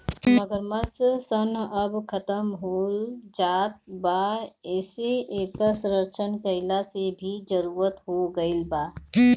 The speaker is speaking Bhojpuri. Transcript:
मगरमच्छ सन अब खतम होएल जात बा एसे इकर संरक्षण कईला के भी जरुरत हो गईल बा